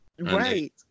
Right